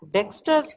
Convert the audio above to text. Dexter